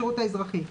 האזרחי.